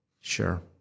Sure